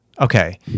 Okay